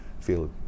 feel